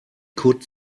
could